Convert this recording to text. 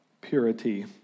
purity